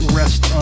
rest